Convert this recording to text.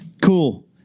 cool